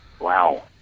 Wow